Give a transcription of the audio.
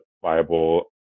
viable